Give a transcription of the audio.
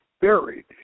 buried